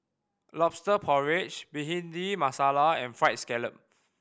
Lobster Porridge Bhindi Masala and Fried Scallop